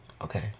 Okay